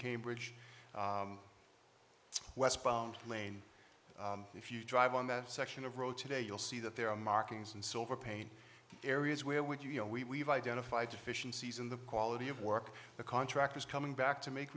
cambridge westbound lane if you drive on that section of road today you'll see that there are markings and silver paint areas where would you know we have identified deficiencies in the quality of work the contractors coming back to make